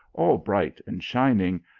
all bright and shining,